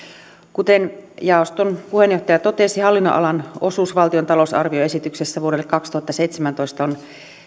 kuten jaoston puheenjohtaja totesi hallinnonalan osuus valtion talousarvioesityksestä vuodelle kaksituhattaseitsemäntoista on